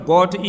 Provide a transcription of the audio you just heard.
God